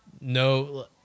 no